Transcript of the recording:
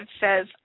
says